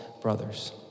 brothers